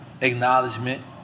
acknowledgement